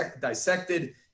dissected